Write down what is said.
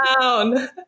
down